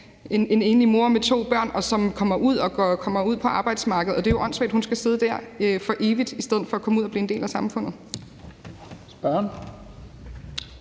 en enlig mor med to børn – som kommer ud på arbejdsmarkedet. Det er jo åndssvagt, hun skal sidde der for evigt i stedet for komme ud og blive en del af samfundet.